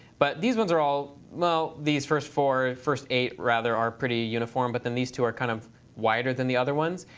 but these ones are all well, these first four, first eight rather, are pretty uniform. but then these two are kind of wider than the other ones.